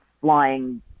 flying